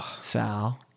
Sal